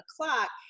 o'clock